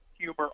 Humor